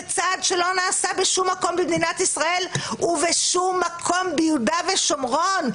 זה צעד שלא נעשה בשום מקום במדינת ישראל ובשום מקום ביהודה ושומרון.